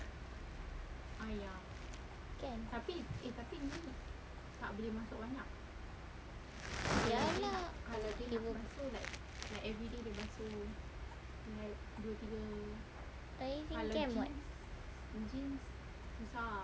kan ya lah he will but he's in camp [what]